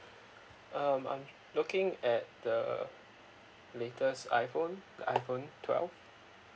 uh I'm looking at the latest iphone iphone twelve